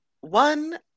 one